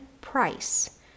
Price